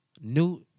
New